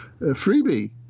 freebie